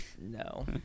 No